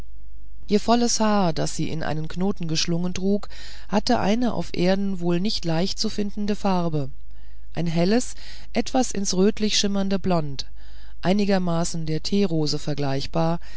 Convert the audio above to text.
ihr volles haar das sie in einen knoten geschlungen trug hatte eine auf erden wohl nicht leicht zu findende farbe ein helles etwas ins rötliche schimmerndes blond einigermaßen der teerose vergleichbar